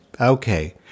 Okay